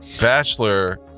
Bachelor